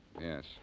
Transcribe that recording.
Yes